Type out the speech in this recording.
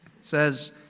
says